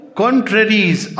contraries